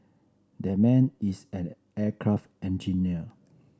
that man is an aircraft engineer